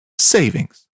savings